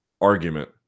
argument